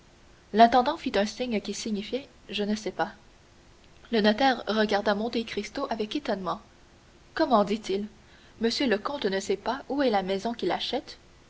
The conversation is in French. l'intendant fit un geste qui signifiait je ne sais pas le notaire regarda monte cristo avec étonnement comment dit-il monsieur le comte ne sait pas où est la maison qu'il